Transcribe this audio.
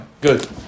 good